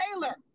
Taylor